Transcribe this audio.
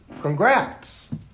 Congrats